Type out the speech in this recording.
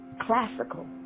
classical